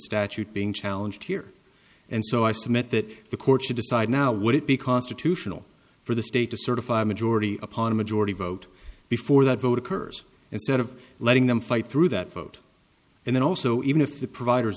statute being challenged here and so i submit that the courts to decide now would it be constitutional for the state to certify a majority upon a majority vote before that vote occurs instead of letting them fight through that vote and then also even if the providers